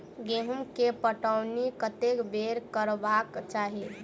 गेंहूँ केँ पटौनी कत्ते बेर करबाक चाहि?